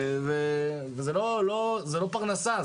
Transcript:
זו לא פרנסה.